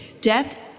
Death